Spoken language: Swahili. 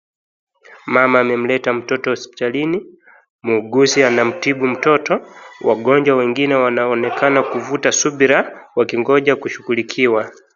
Mama amemleta mtoto hospitalini muuguzi anamtibu mtoto, wagonjwa wengine wanaonekana kuvuta subira wakingoja kushughulikiwa.